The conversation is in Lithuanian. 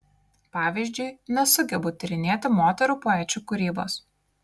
pavyzdžiui nesugebu tyrinėti moterų poečių kūrybos